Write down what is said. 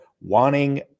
wanting